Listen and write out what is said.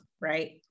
right